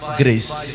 grace